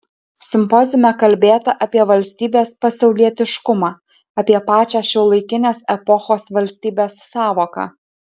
simpoziume kalbėta apie valstybės pasaulietiškumą apie pačią šiuolaikinės epochos valstybės sąvoką